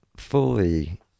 fully